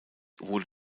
wurde